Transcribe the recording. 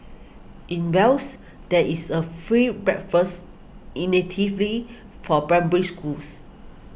in Wales there is a free breakfast for Primary Schools